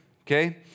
okay